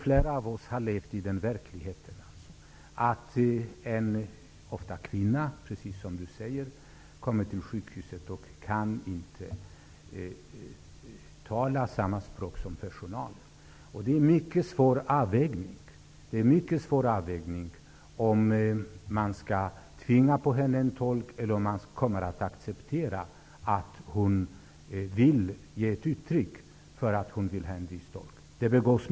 Flera av oss har ju upplevt i verkligheten att någon, ofta en kvinna, precis som Berith Eriksson säger, kommer till sjukhuset och inte kan tala samma språk som personalen. Det är en mycket svår avvägning: Skall man tvinga på henne en tolk eller acceptera att hon vill ha en viss tolk? Misstag begås.